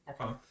Okay